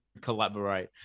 collaborate